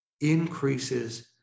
increases